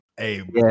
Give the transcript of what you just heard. Hey